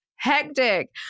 Hectic